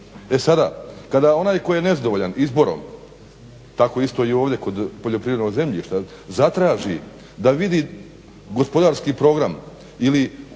E sada, kada onaj koji je nezadovoljan izborom, tako isto i ovdje kod poljoprivrednog zemljišta, zatraži da vidi gospodarski program ili